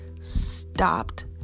stopped